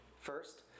first